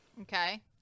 Okay